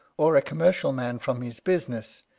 or a commercial man from his business,